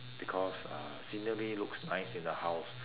because uh scenery looks nice in the house